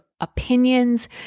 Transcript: opinions